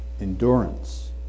endurance